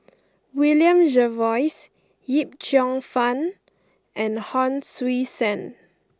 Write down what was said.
William Jervois Yip Cheong Fun and Hon Sui Sen